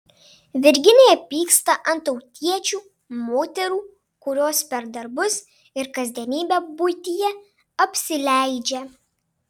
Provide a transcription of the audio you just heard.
virginija pyksta ant tautiečių moterų kurios per darbus ir kasdienybę buityje apsileidžia